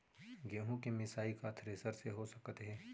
गेहूँ के मिसाई का थ्रेसर से हो सकत हे?